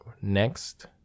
next